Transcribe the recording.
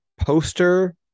poster